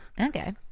Okay